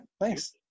Thanks